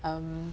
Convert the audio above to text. um